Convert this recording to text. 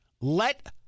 Let